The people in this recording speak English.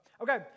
Okay